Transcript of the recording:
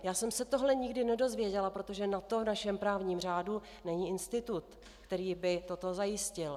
Já jsem se tohle nikdy nedozvěděla, protože na to v našem právním řádu není institut, který by toto zajistil.